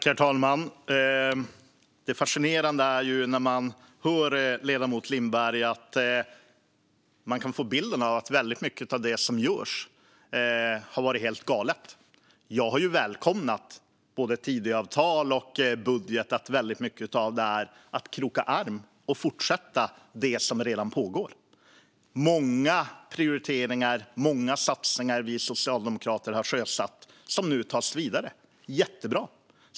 Herr talman! Det är fascinerande - när man hör ledamoten Lindberg kan man få bilden av att väldigt mycket av det som görs har varit helt galet. Jag har välkomnat att mycket i både Tidöavtalet och budgeten är att kroka arm och fortsätta det som redan pågår. Många prioriteringar och satsningar som vi Socialdemokraterna har sjösatt tas nu vidare. Det är jättebra!